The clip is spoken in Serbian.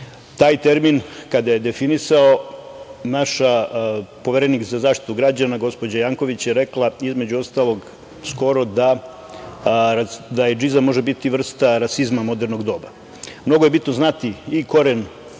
Taj termin kada je definisala naša Poverenik za zaštitu građana gospođa Janković je rekla, između ostalog, skoro da ejdžizam može biti vrsta rasizma modernog doba. Mnogo je bitno znati i koren